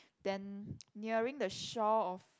then nearing the shore of